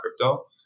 crypto